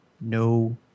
no